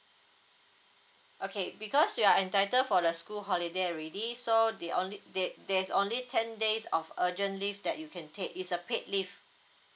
okay because you are entitled for the school holiday already so they only there there's only ten days of urgent leave that you can take is a paid leave